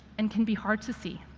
and can be hard to see,